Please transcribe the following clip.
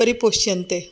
परिपोष्यन्ते